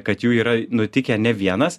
kad jų yra nutikę ne vienas